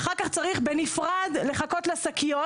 אחר כך צריך בנפרד לחכות לשקיות,